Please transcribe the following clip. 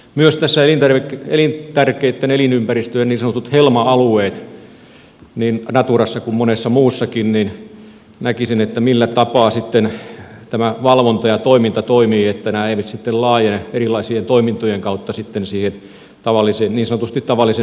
myös tässä elintärkeitten elinympäristöjen niin sanottujen helma alueiden asiassa niin naturassa kuin monessa muussakin näkisin että on tärkeää millä tapaa sitten tämä valvonta ja toiminta toimivat että nämä eivät sitten laajene erilaisien toimintojen kautta niin sanotusti tavallisen metsätalouden puolelle